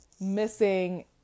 missing